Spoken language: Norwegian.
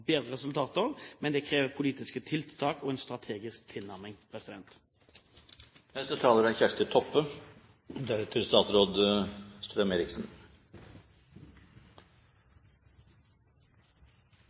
bedre resultater, men det krever politiske tiltak og en strategisk tilnærming.